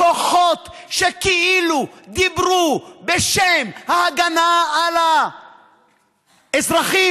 כוחות שכאילו דיברו בשם ההגנה על האזרחים,